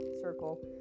circle